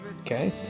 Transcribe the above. okay